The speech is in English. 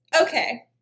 Okay